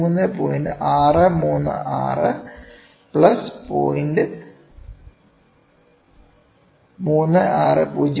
236 mm De 23